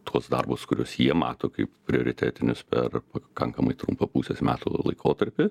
tuos darbus kuriuos jie mato kaip prioritetinius per pakankamai trumpą pusės metų laikotarpį